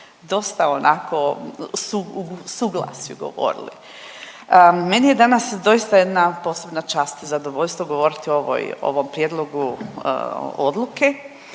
u suglasju govorili. Meni je danas doista jedna posebna čast i zadovoljstvo govoriti o ovom prijedlogu odluke.